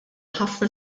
ħafna